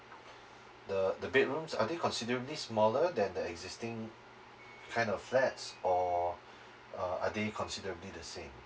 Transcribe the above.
the the bedrooms are they considerably smaller than the existing kind of flats or uh are they considerably the same